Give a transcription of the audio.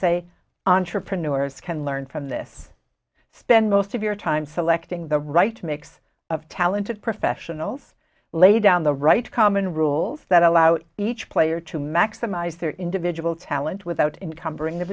say entrepreneurs can learn from this spend most of your time selecting the right mix of talented professionals lay down the right common rules that allow each player to maximize their individual talent without encumbering